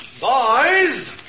Boys